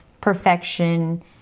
perfection